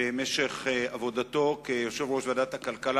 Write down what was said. במשך עבודתו כיושב-ראש ועדת הכלכלה